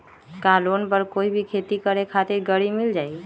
का लोन पर कोई भी खेती करें खातिर गरी मिल जाइ?